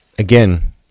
Again